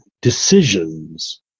decisions